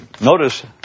notice